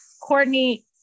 Courtney